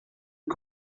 que